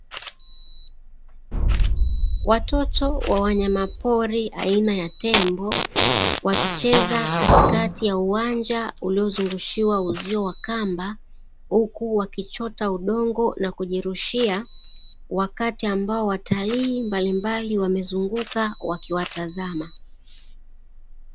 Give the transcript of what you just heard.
Watoto wa wanyamapori aina ya tembo, wakicheza katikati ya uwanja uliozungushiwa uzio wa kamba huku wakichota udongo na kujirushia wakati ambao watalii mbalimbali wamezunguka wakiwatazama.